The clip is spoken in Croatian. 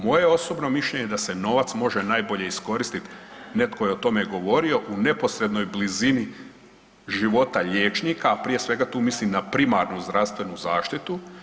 Moje osobno mišljenje da se novac može najbolje iskoristiti, netko je o tome govorio, u neposrednoj blizini života liječnika, a prije svega tu mislim na primarnu zdravstvenu zaštitu.